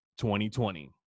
2020